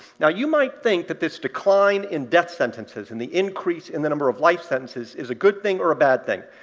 now, you might think that this decline in death sentences and the increase in the number of life sentences is a good thing or a bad thing.